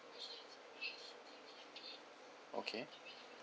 okay